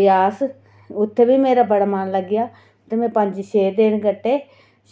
ब्यास उत्थै बी मेरा बड़ा मन लग्गेआ ते में पंज छे दिन कट्टे